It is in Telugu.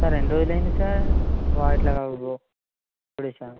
సార్ ఎన్ని రోజులు అయ్యింది సార్ ఇట్లా టూ డేసా